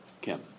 Kim